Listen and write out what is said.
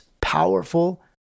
powerful